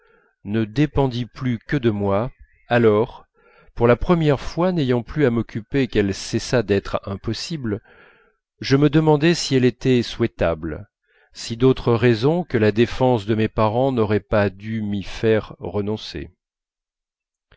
ne dépendit plus que de moi alors pour la première fois n'ayant plus à m'occuper qu'elle cessât d'être impossible je me demandai si elle était souhaitable si d'autres raisons que la défense de mes parents n'auraient pas dû m'y faire renoncer